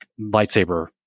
lightsaber